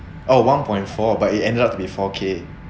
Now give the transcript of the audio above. oh one point four but it ended up to be four K